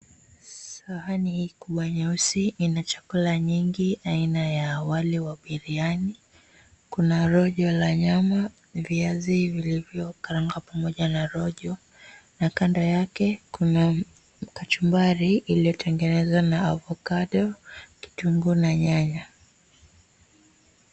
Sahani hii kubwa nyeusi ina chakula nyingi aina ya wali wa biriani. Kuna rojo la nyama, viazi vilivyokaanga pamoja na rojo na kando yake kuna kachumbari iliyotengenezwa na avocado, kitunguu na nyanya.